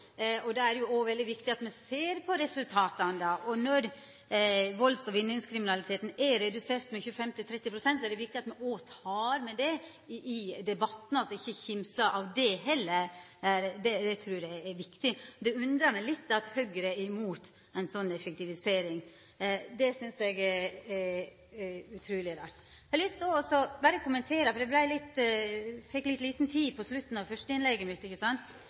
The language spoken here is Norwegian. er det òg veldig viktig at me ser på resultata. Når valds- og vinningskriminaliteten er redusert med 25–30 pst., er det viktig at me òg tek med det i debatten og ikkje kimsar av det. Det trur eg er viktig. Det undrar meg litt at Høgre er imot ei sånn effektivisering. Det synest eg er utruleg rart. Eg har lyst å kommentera, for eg fekk litt lita tid på slutten av det første innlegget mitt, at da eg spurde politimeisteren i Follo om førebyggjande arbeid, svarte han meg – og dette er